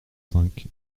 cinq